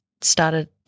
started